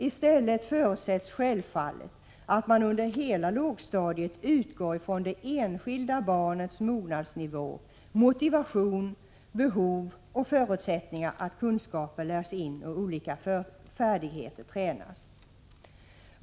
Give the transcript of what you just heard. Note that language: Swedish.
I stället förutsätts självfallet att man under hela lågstadiet utgår från det enskilda barnets mognadsnivå, motivation, behov och förutsättningar när kunskaper lärs in och olika färdigheter tränas.